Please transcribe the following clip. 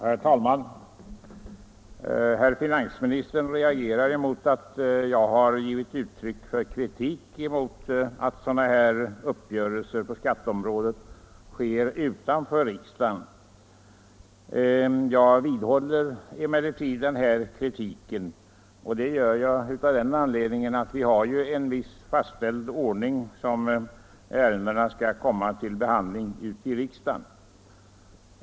Herr talman! Herr finansministern reagerar mot att jag har givit uttryck för kritik mot att sådana här uppgörelser på skatteområdet sker utanför riksdagen. Jag vidhåller emellertid kritiken av den anledningen att vi haren viss fastställd ordning för hur ärendena skall komma till behandling i riksdagen.